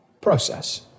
process